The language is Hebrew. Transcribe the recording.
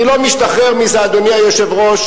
אני לא משתחרר מזה, אדוני היושב-ראש,